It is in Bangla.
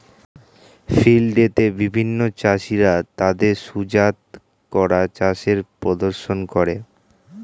ফিল্ড ডে তে বিভিন্ন চাষীরা তাদের সুজাত করা চাষের প্রদর্শন করে